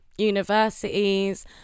universities